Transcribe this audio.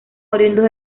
oriundos